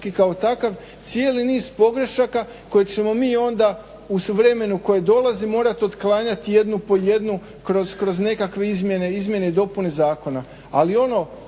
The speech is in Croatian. kao takav cijeli niz pogrešaka koje ćemo mi onda u vremenu koji dolazi morati otklanjati jednu po jednu kroz nekakve izmjene i dopune zakona.